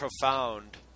Profound